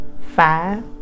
five